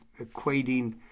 equating